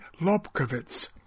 Lobkowitz